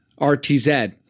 RTZ